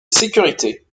sécurité